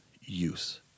use